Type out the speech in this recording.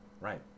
Right